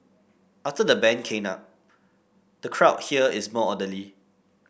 after the ban came up the crowd here is more orderly